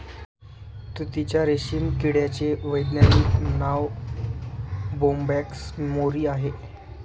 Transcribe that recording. तुतीच्या रेशीम किड्याचे वैज्ञानिक नाव बोंबॅक्स मोरी आहे